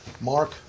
Mark